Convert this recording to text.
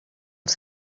els